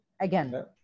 Again